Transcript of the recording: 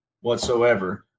whatsoever